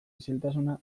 isiltasuna